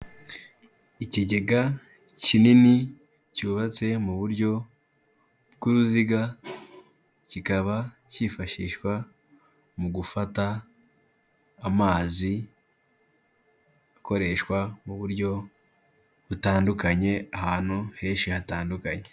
Ikigega kinini cyubatse mu buryo bw'uruziga, kikaba cyifashishwa mu gufata amazi, akoreshwa mu buryo butandukanye ahantu henshi hatandukanye.